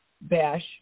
bash